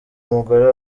umugore